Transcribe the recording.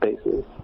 spaces